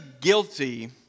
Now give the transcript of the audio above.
guilty